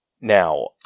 Now